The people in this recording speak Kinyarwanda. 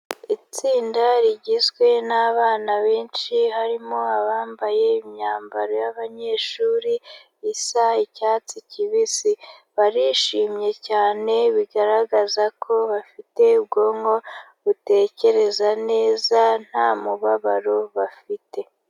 Itsinda rigizwe n'bana benshi, harimo abambaye imyambaro y'abanyeshuri, isa icyatsi kibisi. Barishimye cyane, bigaragaza ko bafite ubwonko butekereza neza, nta mubabaro bafite.